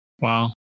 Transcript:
Wow